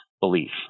belief